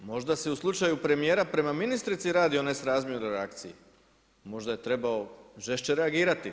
Možda se i u slučaju premijera prema ministrici radi o nesrazmjernoj reakciji, možda je trebao žešće reagirati.